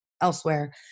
elsewhere